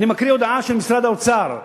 אני מקריא הודעה של משרד האוצר.